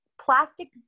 Plastic